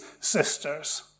sisters